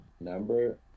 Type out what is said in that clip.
number